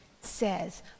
says